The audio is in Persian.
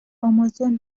آمازون